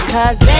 Cause